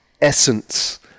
essence